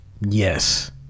Yes